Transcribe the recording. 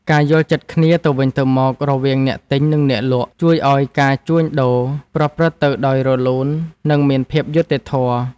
ការយល់ចិត្តគ្នាទៅវិញទៅមករវាងអ្នកទិញ និងអ្នកលក់ជួយឱ្យការជួញដូរប្រព្រឹត្តិទៅដោយរលូននិងមានភាពយុត្តិធម៌។